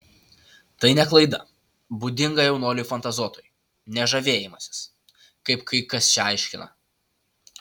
tai ne klaida būdinga jaunuoliui fantazuotojui ne žavėjimasis kaip kai kas čia aiškina